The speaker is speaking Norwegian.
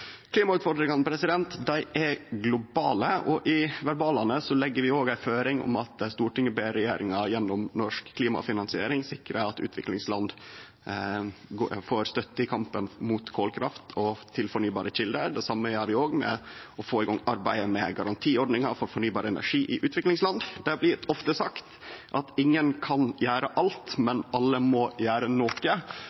Klimautfordringane er globale, og i verbalane legg vi òg ei føring om at Stortinget ber regjeringa gjennom norsk klimafinansiering sikre at utviklingsland får støtte i kampen mot kolkraft og til fornybare kjelder. Det same gjer vi når det gjeld å få i gang arbeidet med garantiordninga for fornybar energi i utviklingsland. Det blir ofte sagt at ingen kan gjere alt,